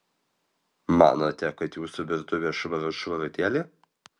manote kad jūsų virtuvė švarut švarutėlė